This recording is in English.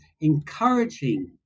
encouraging